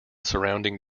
surrounding